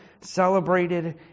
celebrated